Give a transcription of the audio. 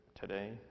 today